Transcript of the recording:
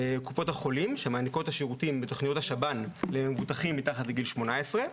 קופות החולים שמעניקות שירותים בתוכניות השב"ן למבוטחים מתחת לגיל 18,